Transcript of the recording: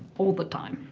all the time.